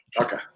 Okay